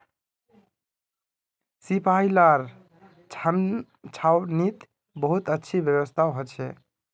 सिपाहि लार छावनीत बहुत अच्छी व्यवस्था हो छे